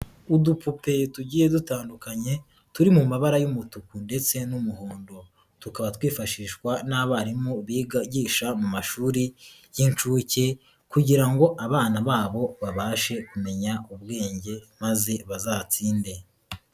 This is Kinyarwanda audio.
Udupupe tugiye dutandukanye turi mu mabara y'umutuku ndetse n'umuhondo, tukaba twifashishwa n'abarimu bigisha mu mashuri y'incuke kugira ngo abana babo babashe kumenya ubwenge maze bazatsinde.